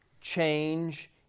change